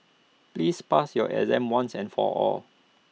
please pass your exam once and for all